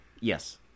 Yes